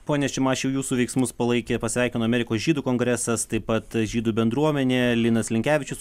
pone šimašiau jūsų veiksmus palaikė pasveikino amerikos žydų kongresas taip pat žydų bendruomenė linas linkevičius